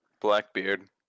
Blackbeard